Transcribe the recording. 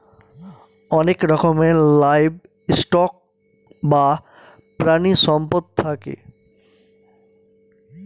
অনেক রকমের livestock বা প্রানীসম্পদ থাকে